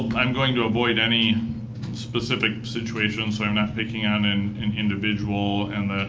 i'm going to avoid any specific situations, so i'm not picking on and an individual and,